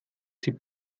sieht